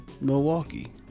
Milwaukee